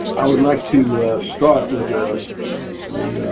i would like to start with a